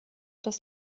das